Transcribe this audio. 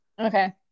okay